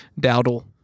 Dowdle